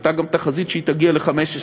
הייתה גם תחזית שהיא תגיע ל-15%.